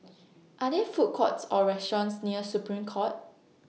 Are There Food Courts Or restaurants near Supreme Court